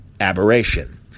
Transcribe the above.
aberration